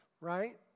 right